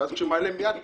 ואז כשהוא מעלה מייד,